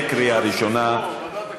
בקריאה ראשונה.